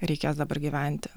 reikės dabar gyventi